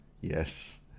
Yes